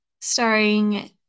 starring